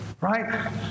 right